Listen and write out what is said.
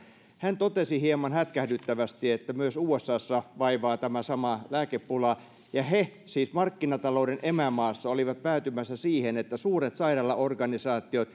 hän totesi hieman hätkähdyttävästi että myös usata vaivaa tämä sama lääkepula ja he siis markkinatalouden emämaassa olivat päätymässä siihen että suuret sairaalaorganisaatiot